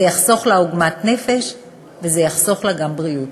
זה יחסוך לה עוגמת נפש וזה יחסוך לה גם פגיעה בבריאות.